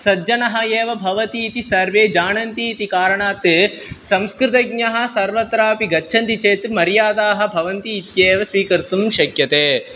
सज्जनः एव भवति इति सर्वे जानन्ति इति कारणात् संस्कृतज्ञः सर्वत्रापि गच्छन्ति चेत् मर्यादाः भवन्ति इत्येव स्वीकर्तुं शक्यते